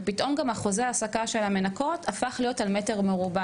ופתאום גם חוזה ההעסקה של מנקות הפך להיות על מטר מרובע.